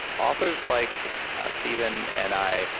authors like steven and i,